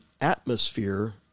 atmosphere